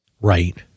right